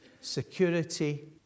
security